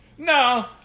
No